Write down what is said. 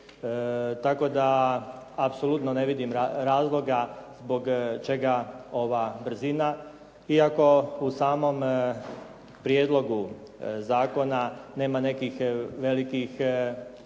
Tako da apsolutno ne vidim razloga zbog čega ova brzina iako u samom prijedlogu zakona nema nekih velikih spornih